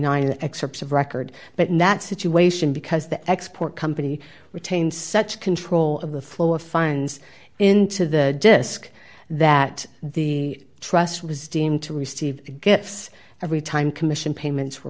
an excerpt of record button that situation because the export company retains such control of the flow of funds into the disc that the trust was deemed to receive gifts every time commission payments were